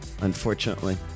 unfortunately